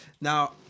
Now